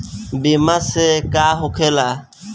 बीमा से का होखेला?